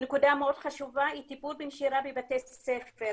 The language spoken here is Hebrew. נקודה מאוד חשובה היא טיפול בנשירה בבתי ספר,